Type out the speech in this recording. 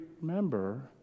remember